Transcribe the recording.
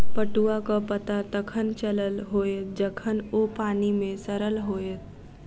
पटुआक पता तखन चलल होयत जखन ओ पानि मे सड़ल होयत